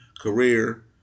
career